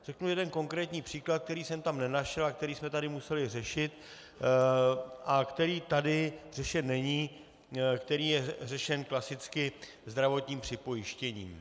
Řeknu jeden konkrétní příklad, který jsem tam nenašel a který jsme tady museli řešit a který tady řešen není, který je řešen klasicky zdravotním připojištěním.